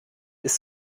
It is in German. ist